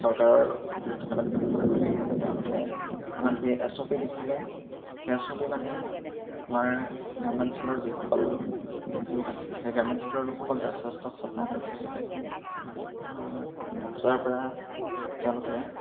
চৰকাৰক ধন্যবাদ জ্ঞাপন কৰিব লাগিব যে তেওঁলোকে আমাক যি এছ অ' পি দিছিলে সেই এছ অ' পি মানি আমাৰ গ্ৰাম্যাঞ্চলৰ যিসকল লোক আছিলে সেই গ্ৰাম্যাঞ্চলৰ লোকসকল যথেষ্ট সজাগ আৰু সচেতন হ'ল য'ৰ পৰা তেওঁলোকে